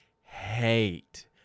hate